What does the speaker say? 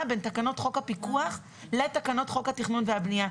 בין תקנות חוק הפיקוח לתקנות חוק התכנון והבנייה.